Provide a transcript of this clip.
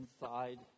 inside